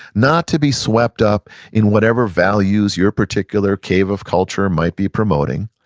not to be swept up in whatever values you're particular cave of culture might be promoting,